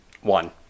One